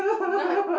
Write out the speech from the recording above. not